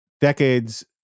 decades